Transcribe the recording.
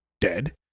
dead